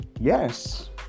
Yes